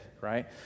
right